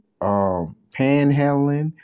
panhandling